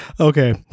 Okay